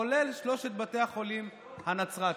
כולל שלושת בתי החולים הנצרתיים.